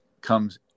comes